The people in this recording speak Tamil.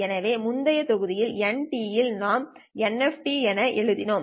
எனவே முந்தைய தொகுதி N இல் நாம் nF என எழுதினோம்